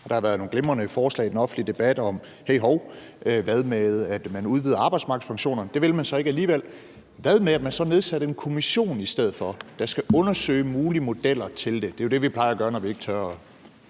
Der har været nogle glimrende forslag i den offentlige debat om at udvide arbejdsmarkedspensionerne. Det vil man så ikke alligevel. Hvad så med, at man nedsatte en kommission i stedet for, der skal undersøge mulige modeller for det? Det er jo det, vi plejer at gøre, når vi ikke tør mene